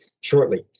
shortly